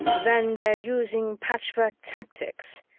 when they're using patchwork tactics?